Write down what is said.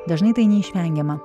dažnai tai neišvengiama